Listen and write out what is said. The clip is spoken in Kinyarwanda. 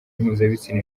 mpuzabitsina